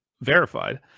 Verified